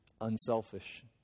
unselfish